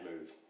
move